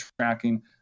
tracking